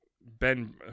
Ben